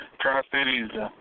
Tri-Cities